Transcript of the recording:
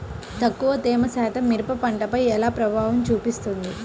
తక్కువ తేమ శాతం మిరప పంటపై ఎలా ప్రభావం చూపిస్తుంది?